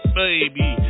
baby